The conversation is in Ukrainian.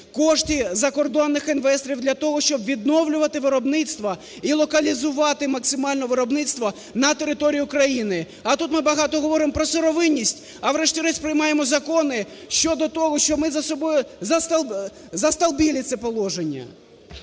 кошти закордонних інвесторів для того, щоб відновлювати виробництво і локалізувати максимально виробництво на території України. А тут ми багато говоримо про сировинність, а врешті-решт приймаємо закони щодо того, що ми за собою "застолбили" це положення.